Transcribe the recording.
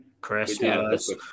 christmas